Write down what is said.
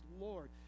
lord